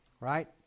right